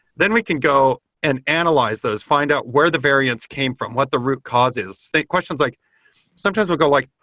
then we can go and analyze those. find out where the variance came from. what the root cause is? questions like sometimes we'll go like,